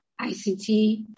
ICT